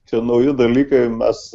čia nauji dalykai mes